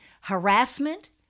Harassment